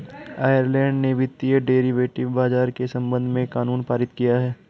Ireland ने वित्तीय derivative बाजार के संबंध में कानून पारित किया है